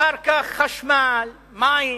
אחר כך חשמל, מים,